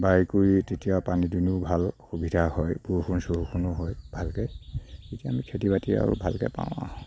বাই কুৰি তেতিয়া পানী দুনিও ভাল সুবিধা হয় বৰষুণ চৰষুণো হয় ভালকৈ তেতিয়া আমি খেতি বাতি আৰু ভালকৈ পাওঁ আৰু